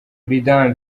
prudent